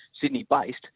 Sydney-based